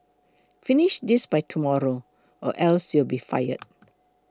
finish this by tomorrow or else you'll be fired